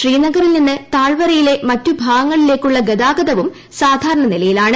ശ്രീനഗറിൽ നിന്ന് താഴ്വരയിലെ മറ്റു ഭാഗങ്ങളിലേക്കുള്ള ഗതാഗതവും സാധാരണ നിലയിലാണ്